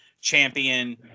Champion